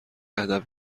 ادب